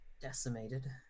decimated